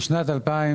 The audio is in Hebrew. בשנת 2022,